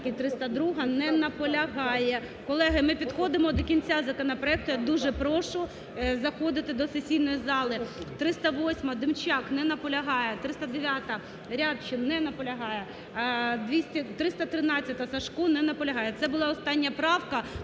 302-а. Не наполягає. Колеги, ми підходимо до кінця законопроекту я дуже прошу заходити до сесійної зали. 308-а, Демчак. Не наполягає. 309-а, Рябчин. Не наполягає. 313-я, Сажко. Не наполягає. Це була остання правка,